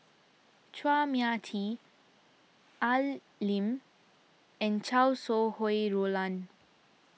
Chua Mia Tee Al Lim and Chow Sau Hai Roland